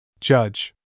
Judge